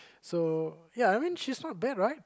so ya I mean she's not bad right